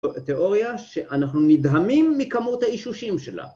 ‫תיאוריה שאנחנו נדהמים ‫מכמות האישושים שלה.